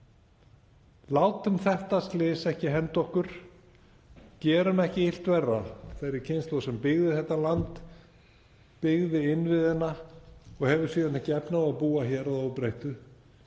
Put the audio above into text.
Látum þetta slys ekki henda okkur. Gerum ekki illt verra þeirri kynslóð sem byggði þetta land, byggði innviðina og hefur síðan ekki efni á að búa hér að óbreyttu.